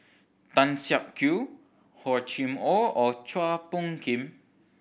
Tan Siak Kew Hor Chim Or or Chua Phung Kim